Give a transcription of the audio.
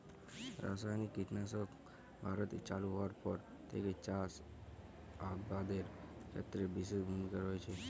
রাসায়নিক কীটনাশক ভারতে চালু হওয়ার পর থেকেই চাষ আবাদের ক্ষেত্রে বিশেষ ভূমিকা রেখেছে